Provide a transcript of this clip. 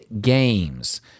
games